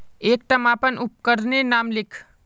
एकटा मापन उपकरनेर नाम लिख?